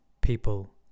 people